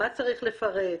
מה צריך לפרט,